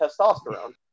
testosterone